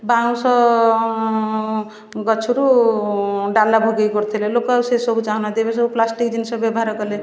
ବାଉଁଶ ଗଛରୁ ଡାଲା ଭୋଗେଇ କରୁଥିଲେ ଲୋକ ଆଉ ସେସବୁ ଚାହୁଁନାହଁନ୍ତି ଏବେ ସବୁ ପ୍ଲାଷ୍ଟିକ ଜିନିଷ ବ୍ୟବହାର କଲେ